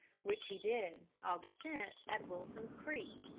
which he did, august ten, at wilson's creek.